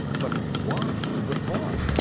but why? what for?